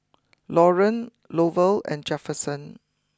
Lauryn Lovell and Jefferson